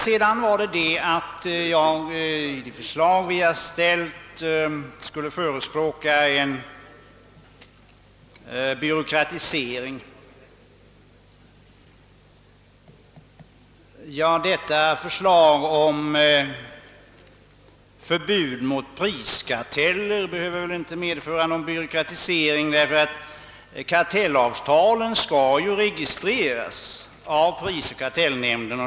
Vidare har det sagts att vi med det förslag vi har ställt skulle förespråka en byråkratisering. Genomförandet av förslaget om förbud mot priskarteller behöver väl inte medföra någon byråkratisering, eftersom kartellavtalen skall registreras av prisoch kartellnämnden.